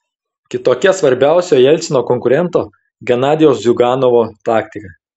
kitokia svarbiausio jelcino konkurento genadijaus ziuganovo taktika